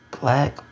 Black